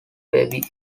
baby